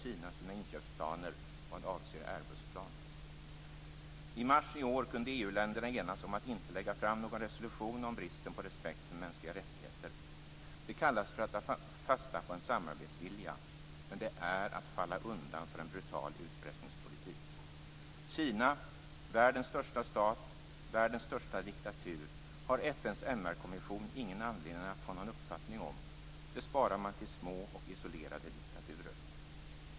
I maj I mars i år kunde EU-länderna enas om att inte lägga fram någon resolution om bristen på respekt för mänskliga rättigheter. Det kallas för att ta fasta på en samarbetsvilja, men det är att falla undan för en brutal utpressningspolitik. Kina, världens största stat och världens största diktatur, har FN:s MR-kommission ingen anledning att ha någon uppfattning om. Det sparar man till små och isolerade diktaturer.